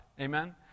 Amen